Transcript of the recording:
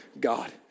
God